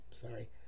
sorry